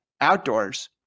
Outdoors